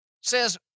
says